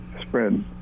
spread